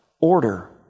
order